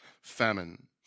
famine